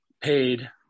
paid